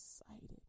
excited